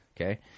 Okay